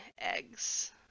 eggs